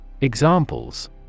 Examples